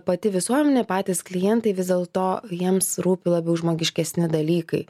pati visuomenė patys klientai vis dėlto jiems rūpi labiau žmogiškesni dalykai